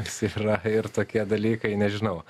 jisai yra ir tokie dalykai nežinau